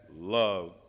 Love